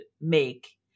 make